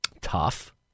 tough